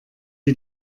die